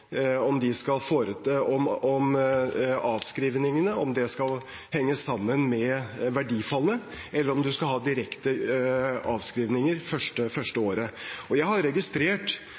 om investeringene, om avskrivningene – om det skal henge sammen med verdifallet, eller om man skal ha direkte avskrivninger første året. Jeg har registrert